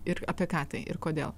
ir apie ką tai ir kodėl